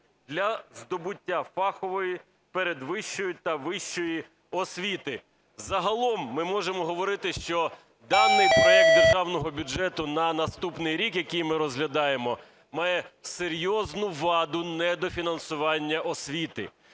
для здобуття фахової передвищої та вищої освіти". Загалом ми можемо говорити, що даний проект державного бюджету на наступний рік, який ми розглядаємо, має серйозну ваду недофінансування освіти.